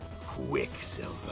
Quicksilver